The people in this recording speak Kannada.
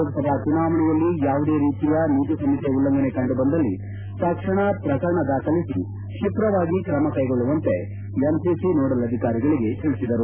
ಲೋಕಸಭಾ ಚುನಾವಣೆಯಲ್ಲಿ ಯಾವುದೇ ರೀತಿಯ ನೀತಿ ಸಂಹಿತೆ ಉಲ್ಲಂಘನೆ ಕಂಡು ಬಂದಲ್ಲಿ ತಕ್ಷಣ ಪ್ರಕರಣ ದಾಖಲಿಸಿ ಕ್ಷೀಪ್ರವಾಗಿ ತ್ರಮ ಕೈಗೊಳ್ಳುವಂತೆ ಎಂಸಿಸಿ ನೊಡಲ್ ಅಧಿಕಾರಿಗಳಿಗೆ ತಿಳಿಸಿದರು